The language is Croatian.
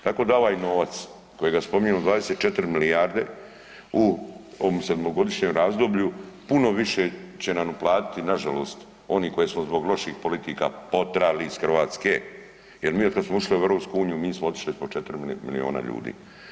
Tako da ovaj novac kojega spominju, 24 milijarde u sedmogodišnjem razdoblju, puno više će nam uplatiti nažalost oni koje smo zbog loših politika potjerali iz Hrvatske jer mi otkad smo ušli u EU, mi smo otišli po 4 milijuna ljudi.